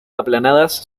aplanadas